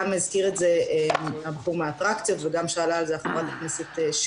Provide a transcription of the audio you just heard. גם הזכיר את זה הנציג מהאטרקציות וגם חברת הכנסת מיכל